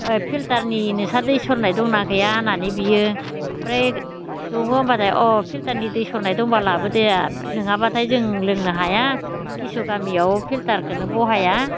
फिल्टारनि नोंसोरहा दै सरनाय दंना गैया होननानै बियो ओमफ्राय दङ होनबाथाय अ फिल्टारनि दै सरनाय दंबा लाबो दे नङाबाथाय जों लोंनो हाया किसु गामियाव फिल्टारखौनो बहाया